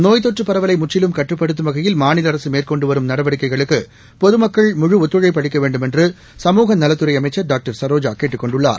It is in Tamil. நோய் தொற்று பரவலை முற்றிலும் கட்டுப்படுத்தும் வகையில் மாநில அரசு மேற்கொண்டு வரும் நடவடிக்கைகளுக்கு பொதுமக்கள் முழு ஒத்துழைப்பு அளிக்க வேண்டுமென்று சமூக நலத்துறை அமைச்சர் டாஷ்டர் சரோஜா கேட்டுக் கொண்டுள்ளார்